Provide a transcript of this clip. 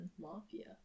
mafia